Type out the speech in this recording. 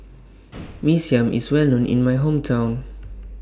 Mee Siam IS Well known in My Hometown